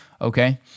Okay